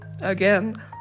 Again